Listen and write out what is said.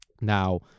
now